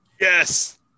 Yes